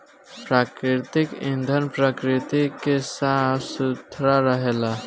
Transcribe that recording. प्राकृतिक ईंधन प्रकृति के साफ सुथरा रखेला